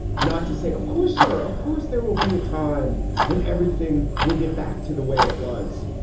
not to say of course, sir. of course, there will be a time when everything will get back to the way it was.